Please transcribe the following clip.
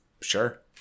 sure